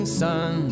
sun